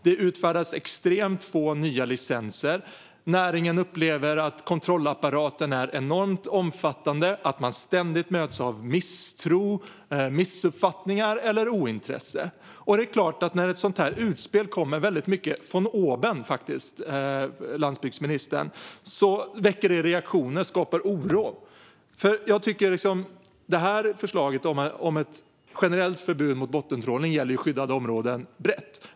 Det utfärdas extremt få nya licenser. Näringen upplever att kontrollapparaten är enormt omfattande, att man ständigt möts av misstro, missuppfattningar eller ointresse. Det är klart att när ett sådant här utspel kommer väldigt mycket von oben, landsbygdsministern, väcker det reaktioner och skapar oro. Förslaget om ett generellt förbud mot bottentrålning gäller ju skyddade områden brett.